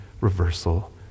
reversal